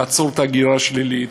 לעצור את ההגירה השלילית,